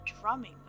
drumming